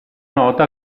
noto